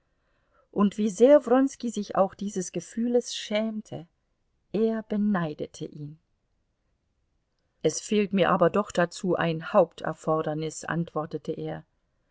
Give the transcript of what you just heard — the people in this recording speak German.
und wie sehr wronski sich auch dieses gefühles schämte er beneidete ihn es fehlt mir aber doch dazu ein haupterfordernis antwortete er